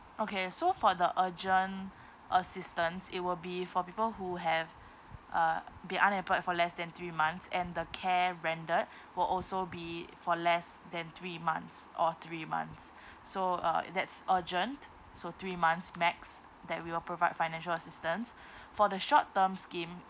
okay so for the urgent assistance it will be for people who have uh be unemployed for less than three months and the care rendered will also be for less than three months or three months so uh that's urgent so three months max that we will provide financial assistance for the short term scheme